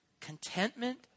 contentment